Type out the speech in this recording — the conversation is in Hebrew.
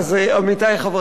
עמיתי חברי הכנסת,